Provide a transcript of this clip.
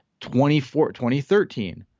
2013